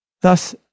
Thus